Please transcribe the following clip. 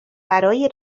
برای